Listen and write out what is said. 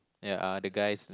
ya the guys